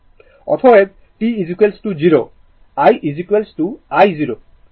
অতএব t 0 i i0